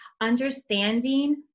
understanding